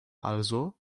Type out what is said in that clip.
also